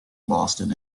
boston